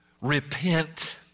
Repent